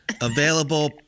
Available